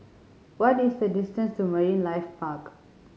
what is the distance to Marine Life Park